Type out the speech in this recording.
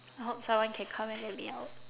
I hope someone can come and let me out